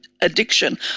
addiction